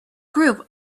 group